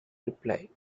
reply